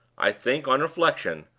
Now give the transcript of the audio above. i think, on reflection,